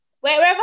wherever